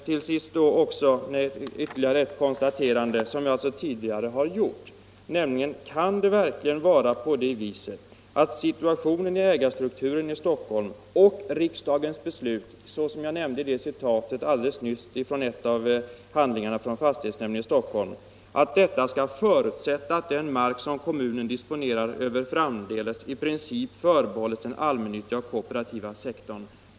Till sist ytterligare ett konstaterande som jag också tidigare har gjort, nämligen: Kan det verkligen vara på det viset att situationen i ägarstrukturen i Stockholm och riksdagens beslut, som jag nämnde i ett citat från en av handlingarna i fastighetsnämnden i Stockholm, skall förutsätta att den mark som kommunen disponerar även framdeles i princip förbehålls den allmännyttiga och kooperativa sektorn?